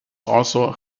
also